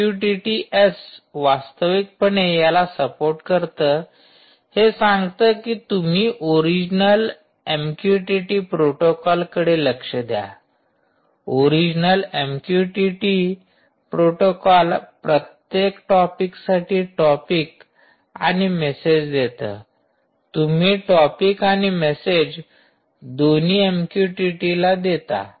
MQTT S वास्तविकपणे याला support करत हे सांगतो की तुम्ही ओरिजनल एमक्यूटीटी प्रोटोकॉलकडे लक्ष द्या ओरिजनल एमक्यूटीटी प्रोटोकॉल प्रत्येक टॉपिकसाठी टॉपिक आणि मेसेज देत तुम्ही टॉपिक आणि मेसेज दोन्ही एमक्यूटीटीला देता